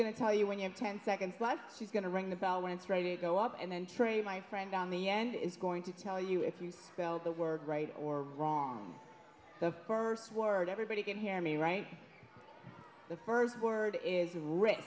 going to tell you when you have ten seconds left she's going to ring the bell when it's ready to go up and then tray my friend on the end is going to tell you if you spell the word right or wrong the first word everybody can hear me right the first word is